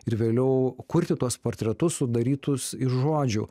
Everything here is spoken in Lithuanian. ir vėliau kurti tuos portretus sudarytus iš žodžių